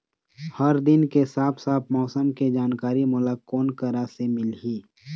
हर दिन के साफ साफ मौसम के जानकारी मोला कोन करा से मिलही?